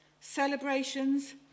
celebrations